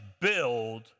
build